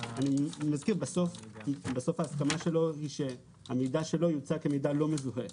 אני מזכיר בסוף ההסכמה שלו היא שהמידע שלו יוצג כלא מזוהה.